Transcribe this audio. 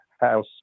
house